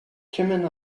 kement